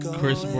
Chris